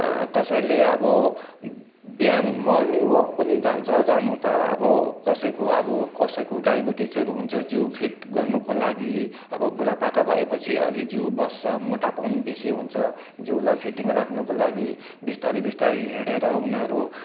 कसैले अब बिहान मर्निङ वाक पनि जान्छ जान त अब कसैको अब कसैको डायबेटिजहरू हुन्छ जिउ फिट गर्नको लागि बुढापाका भएपछि अलि जिउ बस्छ मोटापन बेसी हुन्छ जिउलाई फिटिङ राख्नको लागि बिस्तारै बिस्तारै हिँडेर उनीहरू